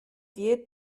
wir